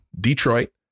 Detroit